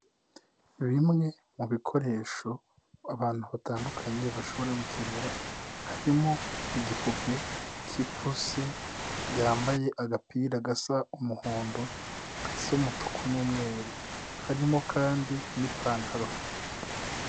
Bimwe mu bikoresho abantu batandukanye bashobora gukenera harimo igipupe k'ipusi yambaye agapira gasa umuhondo, gasa umutuku n'umweru, harimo kandi n'ipantaro.